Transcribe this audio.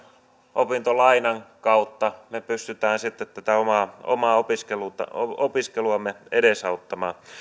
opintolainan kautta me pystymme sitten tätä omaa opiskeluamme edesauttamaan